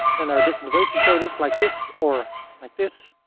and there are different ways to show this. like this, or like this.